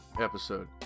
episode